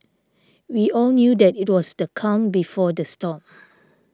we all knew that it was the calm before the storm